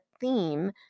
theme